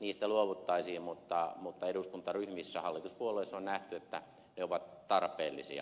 niistä luovuttaisiin mutta eduskuntaryhmissä hallituspuolueissa on nähty että ne ovat tarpeellisia